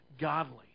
godly